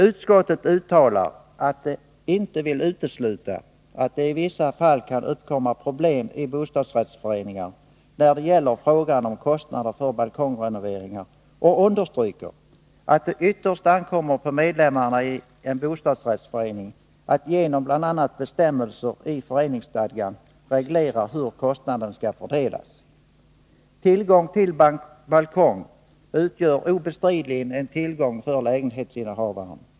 Utskottet uttalar att det inte vill utesluta att det i vissa fall kan uppkomma problem i bostadsrättsföreningar när det gäller frågan om kostnader för balkongrenoveringar och understryker, att det ytterst ankommer på medlemmarna i en bostadsrättsförening att genom bl.a. bestämmelser i föreningsstadgan reglera hur kostnaden skall fördelas. Tillgång till balkong utgör obestridligen en tillgång för lägenhetsinnehavaren.